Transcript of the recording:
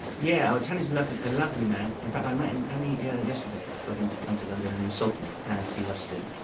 yeah tony's a lovely man. in fact i met him only yeah yesterday, for him to come to london and insult me, as he loves to.